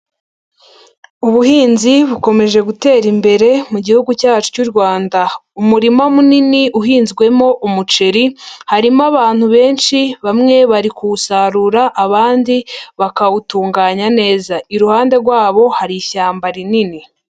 Ubuhinzi bukomeje gutera imbere mu gihugu cyacu cy'u Rwanda. Umurima munini uhinzwemo umuceri, harimo abantu benshi, bamwe bari kuwusarura, abandi bakawutunganya neza. Iruhande rwabo hari ishyamba rinini.